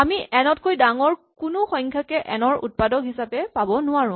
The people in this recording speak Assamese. আমি এন তকৈ ডাঙৰ কোনো সংখ্যাকে এন ৰ উৎপাদক হিচাপে পাব নোৱাৰো